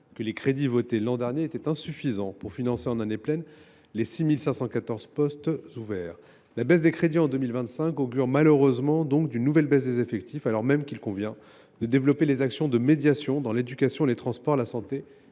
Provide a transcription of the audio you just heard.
que les crédits votés l’an dernier étaient déjà insuffisants pour financer en année pleine les 6 514 postes ouverts. La baisse des crédits en 2025 augure donc d’une nouvelle baisse des effectifs, quand bien même il est souhaitable de développer les actions de médiation dans l’éducation, les transports, la santé